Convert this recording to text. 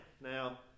Now